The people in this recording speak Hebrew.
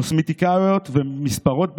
קוסמטיקאיות ומספרות בישראל,